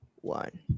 one